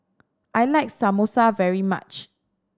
I like Samosa very much